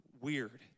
weird